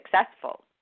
successful